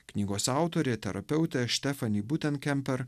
knygos autorė terapeutė štefani buten kemper